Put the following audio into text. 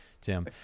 Tim